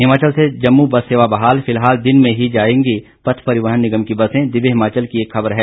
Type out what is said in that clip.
हिमाचल से जम्मू बस सेवा बहाल फिलहाल दिन में ही जाएंगी पथ परिवहन निगम की बसें दिव्य हिमाचल की एक ख़बर है